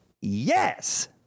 Yes